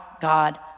God